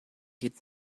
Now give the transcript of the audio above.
geht